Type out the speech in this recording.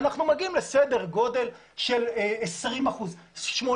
ואנחנו מגיעים לסדר גודל של 20 אחוזים.